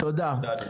תודה.